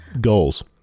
goals